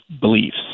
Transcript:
beliefs